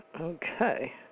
Okay